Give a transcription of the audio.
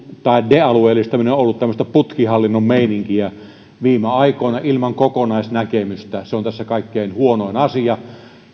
tai de alueellistaminen on ollut tämmöistä putkihallinnon meininkiä viime aikoina ilman kokonaisnäkemystä se on tässä kaikkein huonoin asia